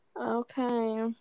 Okay